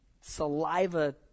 saliva